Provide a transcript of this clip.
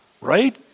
right